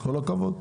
כל הכבוד.